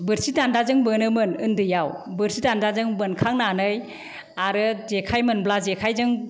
बोरसि दान्दाजों बोनोमोन उन्दैयाव बोरसि दान्दाजों बोनखांनानै आरो जेखाइ मोनब्ला जेखाइजों